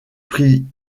prie